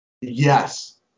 Yes